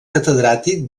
catedràtic